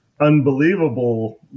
unbelievable